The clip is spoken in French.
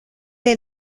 est